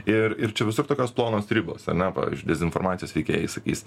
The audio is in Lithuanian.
ir ir čia visur tokios plonos ribos ane dezinformacijos veikėjai sakys